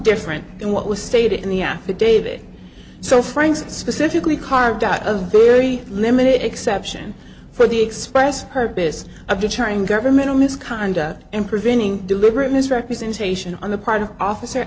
different than what was stated in the affidavit so frank that specifically carved out a very limited exception for the express purpose of deterring governmental misconduct and preventing deliberate misrepresentation on the part of officer